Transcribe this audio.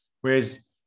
whereas